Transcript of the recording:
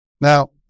Now